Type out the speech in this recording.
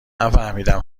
نفهمیدم